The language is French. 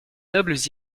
nobles